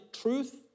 truth